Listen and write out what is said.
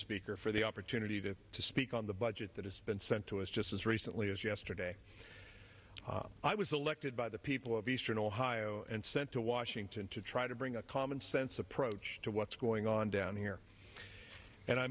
speaker for the opportunity to to speak on the budget that has been sent to us just as recently as yesterday i was elected by the people of eastern ohio and sent to washington to try to bring a common sense approach to what's going on down here and i